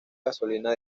gasolina